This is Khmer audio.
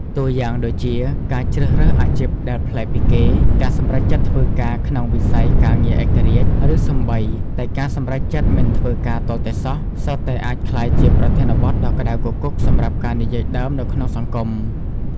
តួយ៉ាងដូចជា ការជ្រើសរើសអាជីពដែលប្លែកពីគេ ការសម្រេចចិត្តធ្វើការក្នុងវិស័យការងារឯករាជ្យ ឬសូម្បីតែការសម្រេចចិត្តមិនធ្វើការទាល់តែសោះ សុទ្ធតែអាចក្លាយជាប្រធានបទដ៏ក្ដៅគគុកសម្រាប់ការនិយាយដើមនៅក្នុងសង្គម។